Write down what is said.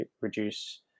reduce